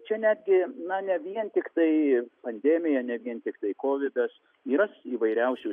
čia netgi na ne vien tiktai pandemija ne vien tiktai kovidas yra įvairiausių